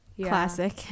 classic